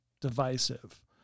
divisive